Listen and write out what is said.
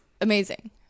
amazing